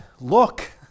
look